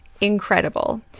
incredible